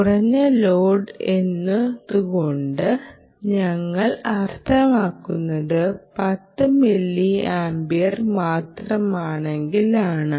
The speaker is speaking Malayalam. കുറഞ്ഞ ലോഡ് എന്നതുകൊണ്ട് ഞങ്ങൾ അർത്ഥമാക്കുന്നത് 10 മില്ലി ആമ്പിയർ മാത്രമാണെങ്കിലാണ്